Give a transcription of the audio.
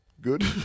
good